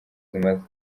zimaze